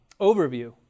overview